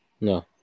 no